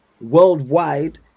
worldwide